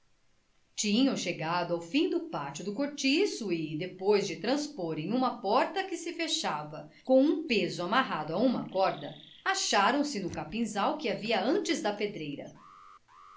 tinham chegado ao fim do pátio do cortiço e depois de transporem uma porta que se fechava com um peso amarrado a uma corda acharam se no capinzal que havia antes da pedreira